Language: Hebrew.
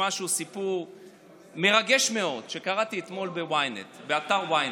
סיפור מרגש מאוד שקראתי אתמול באתר ynet.